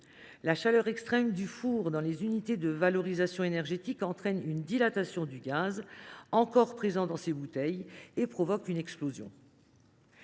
La chaleur extrême du four dans les unités de valorisation énergétique entraîne une dilatation du gaz encore présent dans les bouteilles et provoque une explosion.